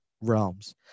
realms